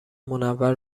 منور